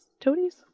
Toadies